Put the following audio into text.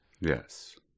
yes